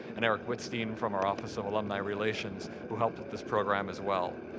and eric wittstein from our office of alumni relations who helped with this program as well.